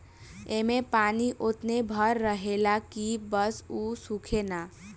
ऐमे पानी ओतने भर रहेला की बस उ सूखे ना